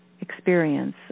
experience